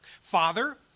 Father